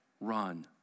run